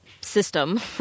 system